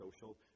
social